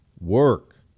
work